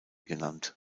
genannt